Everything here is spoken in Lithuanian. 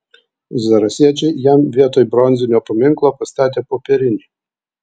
zarasiečiai jam vietoj bronzinio paminklo pastatė popierinį